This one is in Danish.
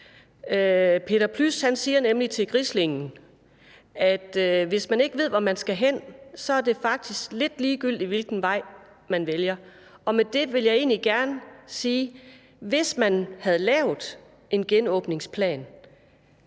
Peter Plys siger nemlig til Grisling, at hvis man ikke ved, hvor man skal hen, så er det faktisk lidt ligegyldigt, hvilken vej man vælger. Og med det vil jeg egentlig gerne sige, at hvis man havde lavet en genåbningsplan,